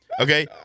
okay